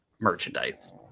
merchandise